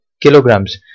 kilograms